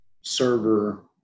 server